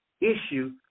issue